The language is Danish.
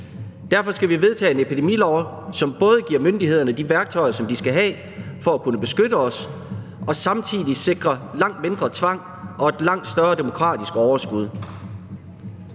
Derfor skal vi vedtage en epidemilov, som både giver myndighederne de værktøjer, de skal have for at kunne beskytte os, og som samtidig sikrer langt mindre tvang og et langt større demokratisk overskud.